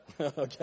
Okay